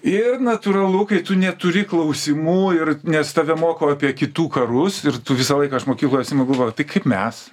ir natūralu kai tu neturi klausimų ir nes tave moko apie kitų karus ir tu visą laiką aš mokykloj atsimenu galvojau tai kaip mes